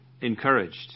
encouraged